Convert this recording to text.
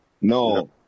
No